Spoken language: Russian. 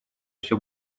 все